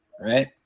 right